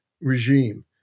regime